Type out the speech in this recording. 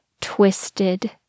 twisted